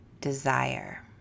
desire